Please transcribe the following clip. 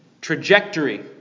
trajectory